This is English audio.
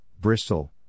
Bristol